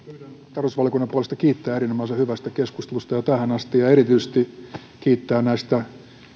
tarkastusvaliokunnan puolesta kiittää erinomaisen hyvästä keskustelusta jo tähän asti ja erityisesti